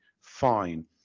fine